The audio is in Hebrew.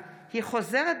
מאת חבר הכנסת איתן גינזבורג,